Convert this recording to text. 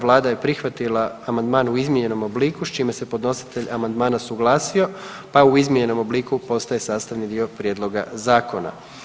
Vlada je prihvatila amandman u izmijenjenom obliku s čime se podnositelj amandmana suglasio pa u izmijenjenom obliku postaje sastavni dio prijedloga zakona.